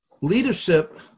Leadership